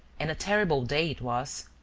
and a terrible day it was.